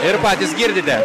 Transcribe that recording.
ir patys girdite